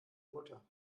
mutter